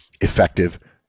effective